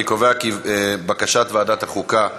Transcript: אני קובע כי בקשת ועדת החוקה אושרה.